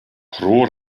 pro